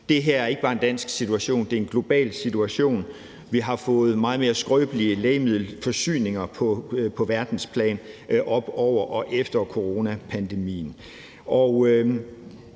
Det her er ikke bare en dansk situation; det er en global situation. Vi har fået meget mere skrøbelige lægemiddelforsyninger på verdensplan under og efter coronapandemien.